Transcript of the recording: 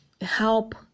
help